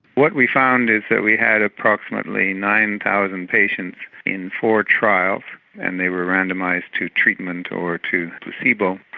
what we found is that we had approximately nine thousand patients in four trials and they were randomised to treatment or to placebo,